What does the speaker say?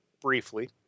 briefly